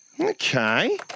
Okay